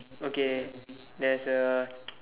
okay there's a